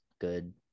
good –